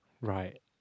right